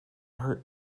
her